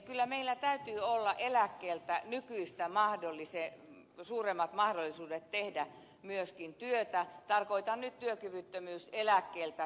kyllä meillä täytyy olla nykyistä suuremmat mahdollisuudet tehdä työtä myöskin eläkkeeltä tarkoitan nyt työkyvyttömyyseläkettä